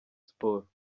sports